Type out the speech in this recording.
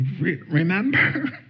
remember